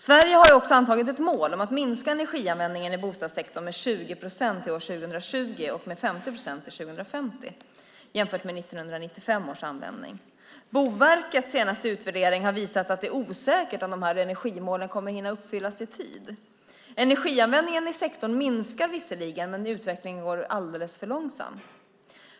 Sverige har antagit ett mål om att minska energianvändningen i bostadssektorn med 20 procent till år 2020 och med 50 procent till år 2050 jämfört med 1995 års användning. Boverkets senaste utvärdering visar att det är osäkert om dessa energimål kommer att kunna uppfyllas i tid. Energianvändningen i sektorn minskar visserligen, men utvecklingen går alldeles för långsamt.